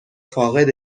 فاقد